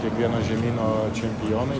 kiekvieno žemyno čempionai